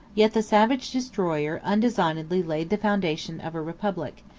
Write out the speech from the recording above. yet the savage destroyer undesignedly laid the foundation of a republic,